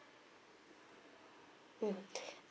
mm